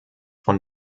von